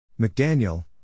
McDaniel